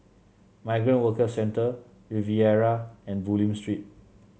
Migrant Workers Centre Riviera and Bulim Street